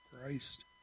Christ